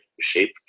shape